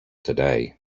today